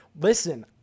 listen